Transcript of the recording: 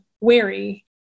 wary